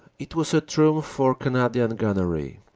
it was a triumph for canadian gunnery.